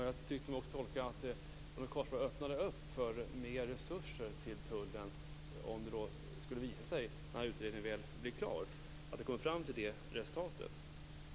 Jag tyckte mig också kunna tolka det som att Ronny Korsberg öppnade för mer resurser till Tullen om det, när utredningen väl blir klar, skulle visa sig att den kommer fram till det resultatet.